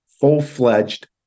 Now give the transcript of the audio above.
full-fledged